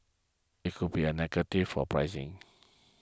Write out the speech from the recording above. it could be a negative for pricing